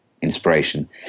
inspiration